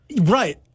Right